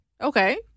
Okay